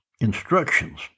instructions